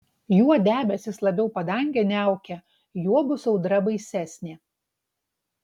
juo debesys labiau padangę niaukia juo bus audra baisesnė